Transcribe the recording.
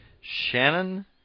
Shannon